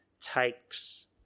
takes